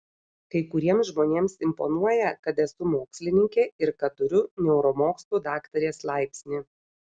kai kuriems žmonėms imponuoja kad esu mokslininkė ir kad turiu neuromokslų daktarės laipsnį